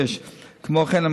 כמו כן,